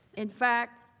in fact,